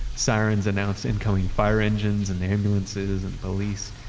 sirens announce incoming fire engines and influences and police.